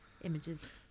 images